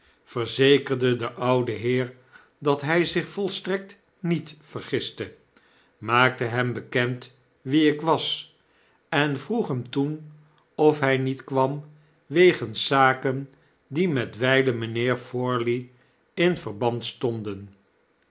verzekerde den ouden heer dat hij zich volstrekt niet vergiste maakte hem bekend wie ik was en vroeg hem toen of hij niet kwam wegens zaken die met wylen mijnheer forley in verband stonden